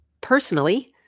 personally